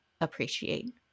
appreciate